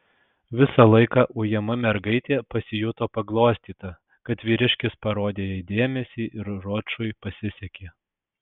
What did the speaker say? visą laiką ujama mergaitė pasijuto paglostyta kad vyriškis parodė jai dėmesį ir ročui pasisekė